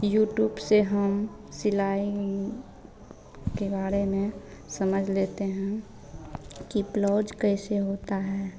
YouTube से हम सिलाई के बारे में समझ लेते हैं कि ब्लौज कैसे होता है